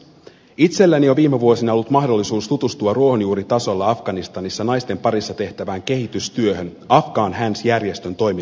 itselläni on viime vuosina ollut mahdollisuus tutustua ruohonjuuritasolla afganistanissa naisten parissa tehtävään kehitystyöhön afghan hands järjestön toiminnan kautta